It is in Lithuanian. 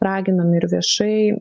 raginam ir viešai